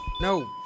No